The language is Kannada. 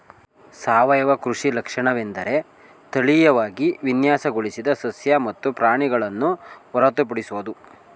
ಸಾವಯವ ಕೃಷಿ ಲಕ್ಷಣವೆಂದರೆ ತಳೀಯವಾಗಿ ವಿನ್ಯಾಸಗೊಳಿಸಿದ ಸಸ್ಯ ಮತ್ತು ಪ್ರಾಣಿಗಳನ್ನು ಹೊರತುಪಡಿಸೋದು